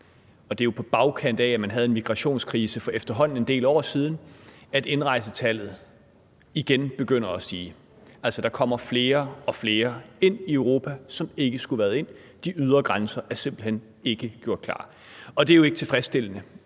og det er jo på bagkant af, at man for efterhånden en del år siden havde en migrationskrise, at indrejsetallet igen begynder at stige, altså at der kommer flere og flere ind i Europa, som ikke skulle have været ind. De ydre grænser er simpelt hen ikke gjort klar, og det er jo ikke tilfredsstillende,